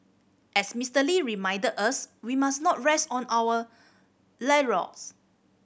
as Mister Lee reminded us we must not rest on our laurels